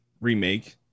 remake